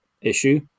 issue